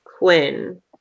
Quinn